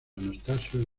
anastasio